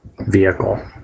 vehicle